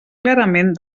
clarament